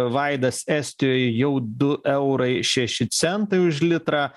vaidas estijoj jau du eurai šeši centai už litrą